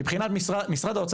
מבחינת משרד האוצר,